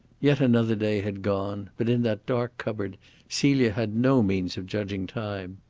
yet another day had gone, but in that dark cupboard celia had no means of judging time.